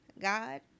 God